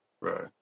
right